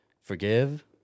forgive